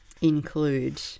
include